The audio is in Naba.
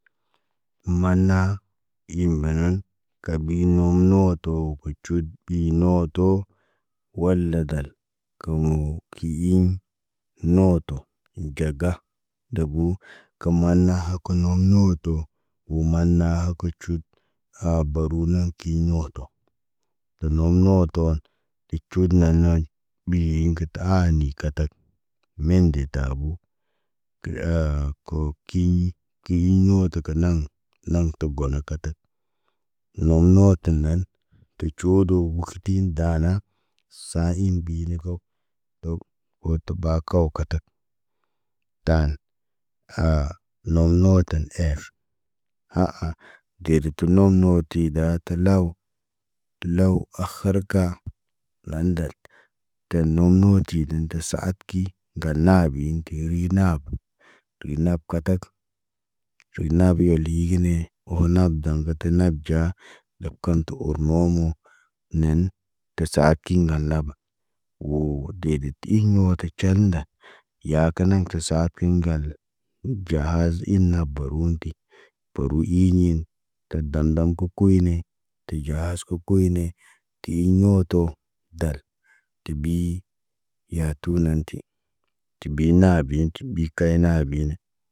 Maana, in bənan, kab ɓinə nooto kə cut ɓi nooto. Wal la dal, kə mo, kə iŋg, mooto ɟaga, dəbu, kə maanaha kə na mooto. Wo maanahaka cut, ha baru naŋg ki ɲoto. Tə nə mooto, kə cuut na nay. Ɓii ŋgəta aani katak, men de tabo. Ter aa kərokiɲ, ki iɲ ɲota, kə naŋg, naŋg tə got na katak. Moŋg mooto nan, tu cuudu mukhtin daana, saa in bii ni ko. To oto baa kao kətək. Taan, ha no nooto ef. Ha- aŋ de tə nom mootida ta law. Law akhar ka, naandal, tə mootid tə dən saat ki, ŋgal naabin ti ri naabu. Yu nab katak, cuy nab yoli gene, oho nab daŋg gə ta nab ɟaa, law kan tə ur momoŋ. Neen tir saad kiɲ ŋgal naba. Woo, dee də tə iŋg wo tə canda. Yaa kə naŋg tə saad kiɲ ŋgal ub ɟaaz ina barunti. Paru iiŋin, tad dam dam kə kuyine, ti ɟahaz kə kuy ne, ti iɲ mooto, dal, tibii, yatu naanti. Tibi naa biyinti tiɓi kay naa biine.